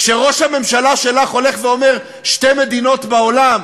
כשראש הממשלה שלך הולך ואומר "שתי מדינות" בעולם,